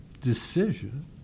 decision